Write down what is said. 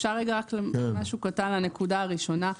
אם אפשר לומר משהו קטן לנקודה הראשונה.